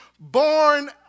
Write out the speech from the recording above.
Born